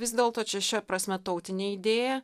vis dėlto čia šia prasme tautinė idėja